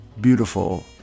beautiful